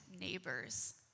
neighbors